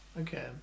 okay